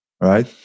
right